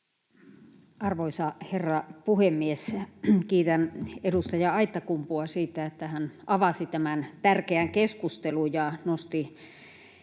Arvoisa herra puhemies! Kiitän edustaja Aittakumpua siitä, että hän avasi tämän tärkeän keskustelun ja nosti